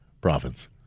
province